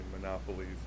monopolies